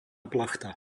plachta